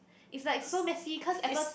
is like so messy cause at first